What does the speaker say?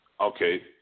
Okay